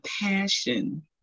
passion